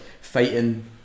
fighting